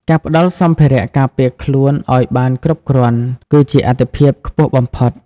ការផ្តល់សម្ភារៈការពារខ្លួនឲ្យបានគ្រប់គ្រាន់គឺជាអាទិភាពខ្ពស់បំផុត។